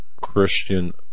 Christian